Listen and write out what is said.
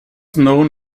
known